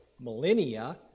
Millennia